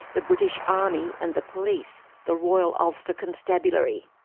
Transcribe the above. the british army and the police, the royal ulster constabulary.